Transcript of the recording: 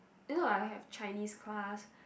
if not I will have Chinese class